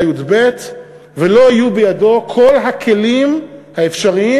י"ב ולא יהיו בידו כל הכלים האפשריים